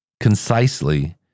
concisely